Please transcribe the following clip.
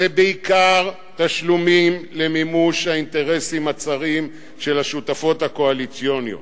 בעיקר תשלומים למימוש האינטרסים הצרים של השותפות הקואליציוניות,